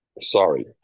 Sorry